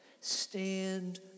Stand